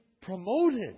promoted